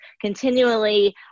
continually